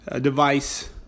device